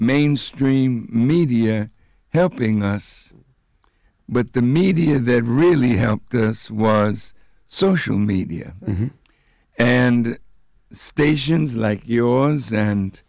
mainstream media helping us but the media that really helped us once social media and stations like yours and